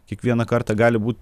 kiekvieną kartą gali būt